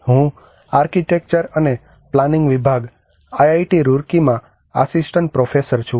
હું આર્કિટેક્ચર અને પ્લાનિંગ વિભાગ આઈઆઈટી રૂરકીમાં આસીસ્ટન્ટ પ્રોફેસર છું